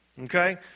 Okay